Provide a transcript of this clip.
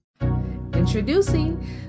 Introducing